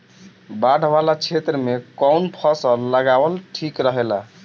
बाढ़ वाला क्षेत्र में कउन फसल लगावल ठिक रहेला?